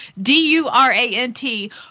D-U-R-A-N-T